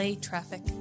traffic